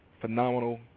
phenomenal